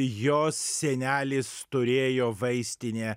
jos senelis turėjo vaistinę